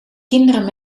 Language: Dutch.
kinderen